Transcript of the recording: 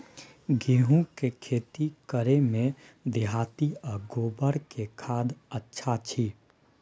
गेहूं के खेती करे में देहाती आ गोबर के खाद अच्छा छी?